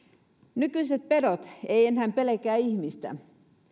nykyiset pedot eivät enää pelkää ihmistä